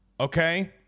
Okay